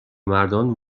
مردان